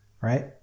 Right